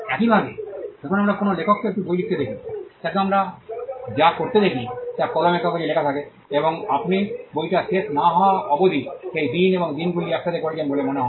একইভাবে যখন আমরা কোনও লেখককে একটি বই লিখতে দেখি আমরা তাকে যা করতে দেখি তা কলমে কাগজে লেখা থাকে এবং আপনি বইটি শেষ না হওয়া অবধি সেই দিন এবং দিনগুলি একসাথে করছেন বলে মনে হয়